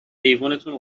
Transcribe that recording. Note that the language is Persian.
ایوونتون